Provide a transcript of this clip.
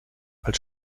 als